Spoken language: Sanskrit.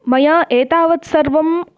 मया एतावत् सर्वं